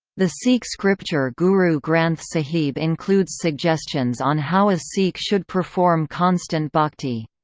the sikh scripture guru granth sahib includes suggestions on how a sikh should perform constant bhakti.